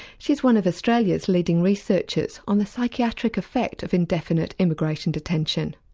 she's one of australia's leading researchers on the psychiatric effect of indefinite immigration detention.